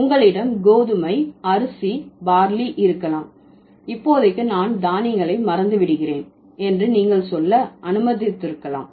உங்களிடம் கோதுமை அரிசி பார்லி இருக்கலாம் இப்போதைக்கு நான் தானியங்களை மறந்துவிடுகிறேன் என்று நீங்கள் சொல்ல அனுமதித்திருக்கலாம்